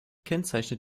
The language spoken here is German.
kennzeichnet